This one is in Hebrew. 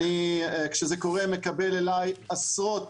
כשזה קורה, אני מקבל אלי עשרות